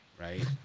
Right